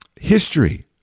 history